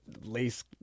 lace